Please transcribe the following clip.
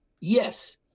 yes